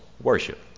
worship